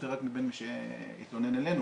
זה יוצא רק מבין מי שמתלונן אלינו,